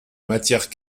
matière